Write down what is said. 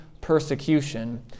persecution